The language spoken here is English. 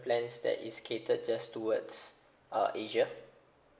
plans that is catered just towards uh asia